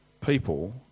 people